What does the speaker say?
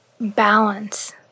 balance